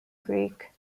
greek